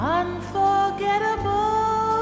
unforgettable